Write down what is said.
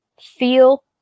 feel